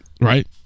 Right